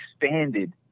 expanded